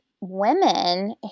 women